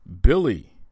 Billy